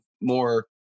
more